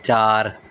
ਚਾਰ